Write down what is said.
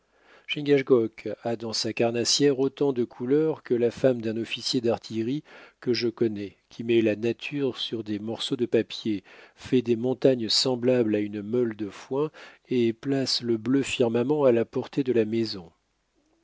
a dans sa carnassière autant de couleurs que la femme d'un officier d'artillerie que je connais qui met la nature sur des morceaux de papier fait des montagnes semblables à une meule de foin et place le bleu firmament à la portée de la maison